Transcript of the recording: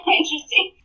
interesting